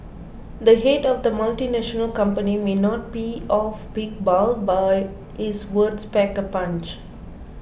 the head of the multinational company may not be of big bulk but is words pack a punch